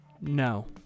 No